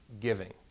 giving